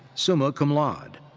summa cum laude.